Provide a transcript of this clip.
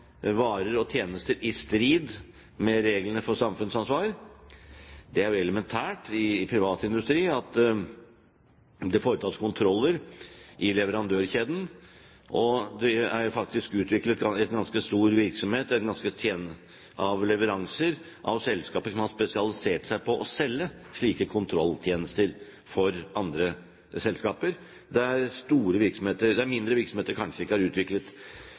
varer og tjenester i strid med reglene for samfunnsansvar. Det er jo elementært i privat industri at det foretas kontroller i leverandørkjeden. Det er faktisk utviklet en ganske stor virksomhet når det gjelder leveranser, av selskaper som har spesialisert seg på å selge slike kontrolltjenester for andre selskaper, der mindre virksomheter kanskje ikke har utviklet